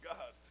God